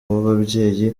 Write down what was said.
w’ababyeyi